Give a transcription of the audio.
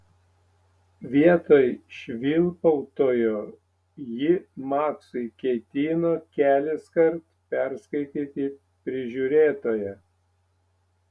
vietoj švilpautojo ji maksui ketino keliskart perskaityti prižiūrėtoją